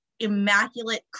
immaculate